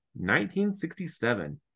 1967